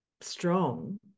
strong